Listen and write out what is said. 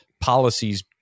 policies